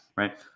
Right